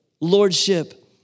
lordship